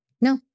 No